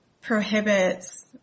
prohibits